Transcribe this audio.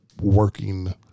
working